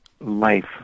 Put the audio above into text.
life